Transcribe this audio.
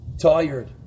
tired